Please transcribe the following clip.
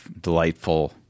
delightful